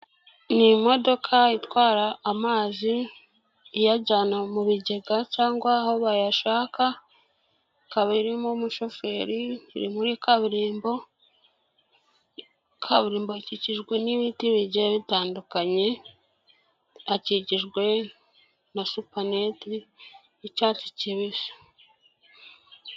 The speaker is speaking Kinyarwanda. Ni imodoka itwara amazi iyajyana mu bigega cyangwa aho bayashaka, ikaba irimo umushofe, iri muri kaburimbo, kaburimbo ikikijwe n'ibiti bigiye bitandukanye, hakikijwe na supaneti y'icyatsi kibisi.